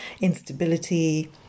instability